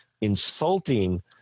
insulting